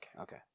Okay